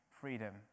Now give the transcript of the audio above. freedom